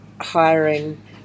hiring